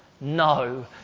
No